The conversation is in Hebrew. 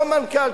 לא מנכ"ל,